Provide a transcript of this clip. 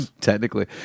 Technically